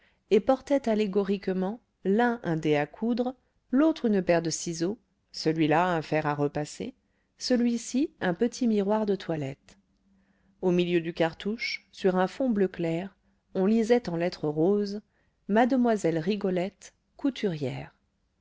et portaient allégoriquement l'un un dé à coudre l'autre une paire de ciseaux celui-là un fer à repasser celui-ci un petit miroir de toilette au milieu du cartouche sur un fond bleu clair on lisait en lettres roses mademoiselle rigolette couturière